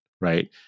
right